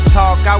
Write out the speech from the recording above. talk